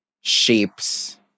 shapes